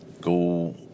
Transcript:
go